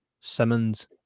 Simmons